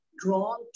drawn